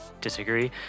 disagree